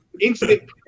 instant